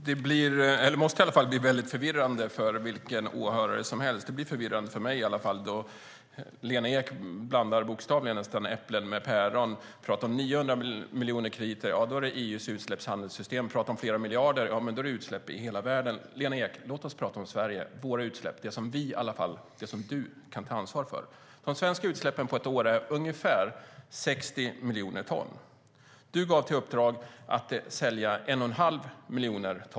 Fru talman! Det här måste bli väldigt förvirrande för vilken åhörare som helst. Det blir i alla fall förvirrande för mig, då Lena Ek nästan bokstavligen blandar äpplen med päron. Hon pratar om 900 miljoner krediter - ja, då är det EU:s utsläppshandelssystem. Hon pratar om flera miljarder - ja, men då är det utsläpp i hela världen. Lena Ek! Låt oss prata om Sverige, våra utsläpp, det som du kan ta ansvar för. De svenska utsläppen på ett år är ungefär 60 miljoner ton. Du gav ett uppdrag att man skulle sälja 1 1⁄2 miljon ton.